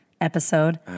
Episode